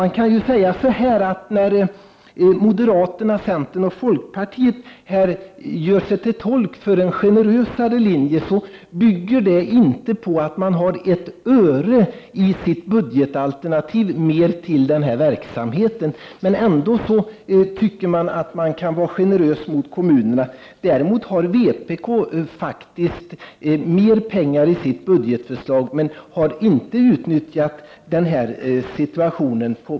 När moderaterna, centern och folkpartiet här gör sig till tolk för en generösare linje bygger det inte på att de har ett öre mer i sitt budgetalternativ till denna verksamhet, men ändå anser de sig kunna vara generösa mot kommunerna. Däremot har vpk faktiskt anvisat mer pengar i sitt budgetförslag men har ändå inte utnyttjat denna situation.